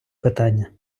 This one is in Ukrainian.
питання